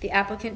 the applicant